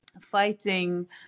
fighting